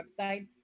website